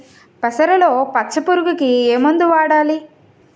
పెసరలో పచ్చ పురుగుకి ఏ మందు వాడాలి?